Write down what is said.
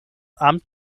amt